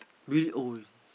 bill always